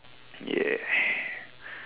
ya